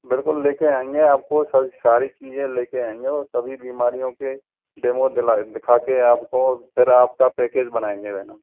बिल्कुल लेके आएँगे आपको सारी चीज़े लेके आएँगे और सभी बिमारियों के डेमो दिला दिखा के आपको फिर आपका पैकेज बनाएँगे मैडम